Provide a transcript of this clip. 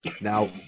Now